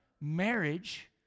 Marriage